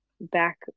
back